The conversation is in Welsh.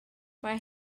mae